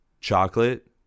Chocolate